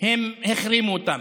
הם החרימו אותן.